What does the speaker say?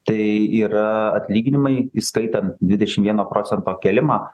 tai yra atlyginimai įskaitant dvidešim vieno procento kėlimą